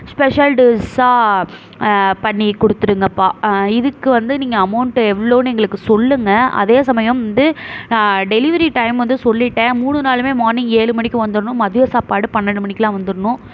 special டிஷ்ஷா பண்ணி கொடுத்துருங்கப்பா இதுக்கு வந்து நீங்கள் அமௌண்ட்டு எவ்வளோனு எங்களுக்கு சொல்லுங்கள் அதே சமயம் வந்து டெலிவெரி டைம் வந்து சொல்லிவிட்டேன் மூணு நாளும் மார்னிங் ஏழு மணிக்கு வந்துடணும் மதியம் சாப்பாடு பன்னெண்டு மணிக்கெல்லாம் வந்துடணும்